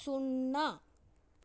సున్నా